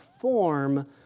form